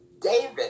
David